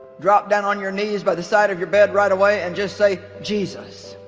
drop down on your knees by the side of your bed right away and just say jesus